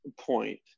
point